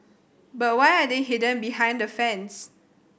but why are they hidden behind a fence